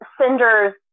Cinder's